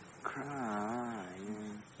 Crying